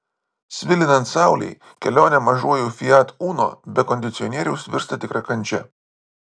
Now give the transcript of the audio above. svilinant saulei kelionė mažuoju fiat uno be kondicionieriaus virsta tikra kančia